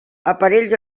aparells